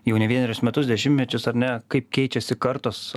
jau ne vienerius metus dešimtmečius ar ne kaip keičiasi kartos